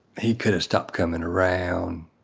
he could of stopped coming around,